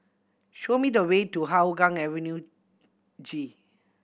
show me the way to Hougang Avenue G